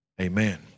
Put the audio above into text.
amen